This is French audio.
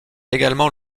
également